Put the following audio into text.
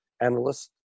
Analysts